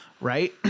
Right